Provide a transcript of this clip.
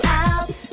out